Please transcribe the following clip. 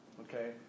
Okay